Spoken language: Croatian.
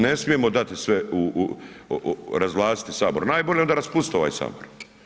Ne smijemo dati sve, razvlasti sabor, najbolje onda raspustiti ovaj sabor.